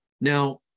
Now